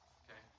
okay